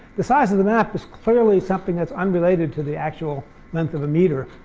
the size of the map is clearly something that's unrelated to the actual length of a meter,